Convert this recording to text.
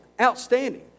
outstanding